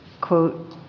quote